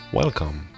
welcome